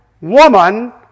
woman